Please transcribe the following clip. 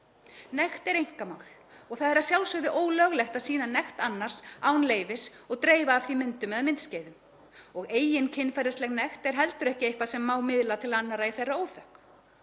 Nekt er einkamál og það er að sjálfsögðu ólöglegt að sýna nekt annars án leyfis og dreifa af því myndum eða myndskeiðum. Og eigin kynferðisleg nekt er heldur ekki eitthvað sem má miðla til annarra í þeirra óþökk.